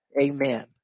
amen